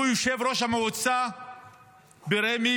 הוא יושב-ראש המועצה ברמ"י,